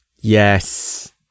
Yes